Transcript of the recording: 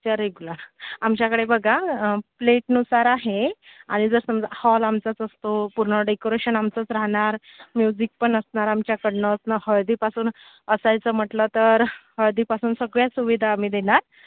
अच्छा रेग्युलर आमच्याकडे बघा प्लेटनुसार आहे आनी जर समजा हॉल आमचाच असतो पूर्ण डेकोरेशन आमचंच राहणार म्युझिक पण असणार आमच्याकडनंच हळदीपासून असायचं म्हटलं तर हळदीपासून सगळ्या सुविधा आम्ही देणार